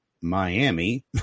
Miami